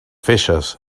feixes